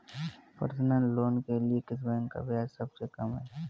Personal loan के लिए किस बैंक का ब्याज सबसे कम है?